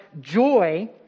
joy